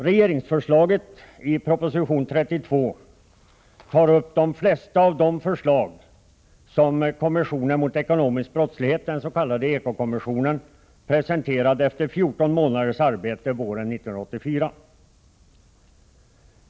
Regeringsförslaget i proposition 32 tar upp de flesta av de förslag som kommissionen mot ekonomisk brottslighet, den s.k. eko-kommissionen, presenterade våren 1984, efter 14 månaders arbete.